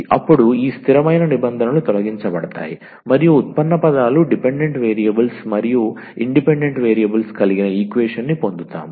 అప్పుడు ఈ స్థిరమైన నిబంధనలు తొలగించబడతాయి మరియు ఉత్పన్న పదాలు డిపెండెంట్ వేరియబుల్స్ మరియు ఇండిపెండెంట్ వేరియబుల్స్ కలిగిన ఈక్వేషన్ని పొందుతాము